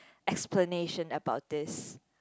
explanation about this